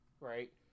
right